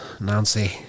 Nancy